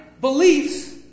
beliefs